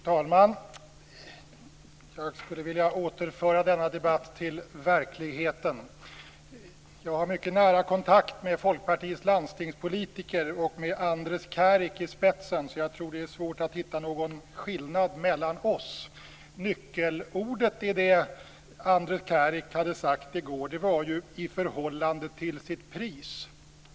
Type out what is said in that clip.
Fru talman! Jag skulle vilja återföra denna debatt till verkligheten. Jag har mycket nära kontakt med Folkpartiets landstingspolitiker med Andres Käärik i spetsen, så jag tror att det är svårt att hitta någon skillnad mellan oss. Nyckelorden i det Andres Käärik sade i går var ju "i förhållande till sitt pris".